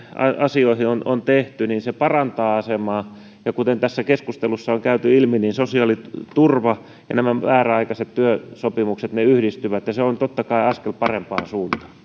asioihin on on tehty parantaa asemaa ja kuten tässä keskustelussa on käynyt ilmi niin sosiaaliturva ja nämä määräaikaiset työsopimukset yhdistyvät ja se on totta kai askel parempaan suuntaan